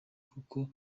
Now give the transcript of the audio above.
kuko